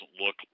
look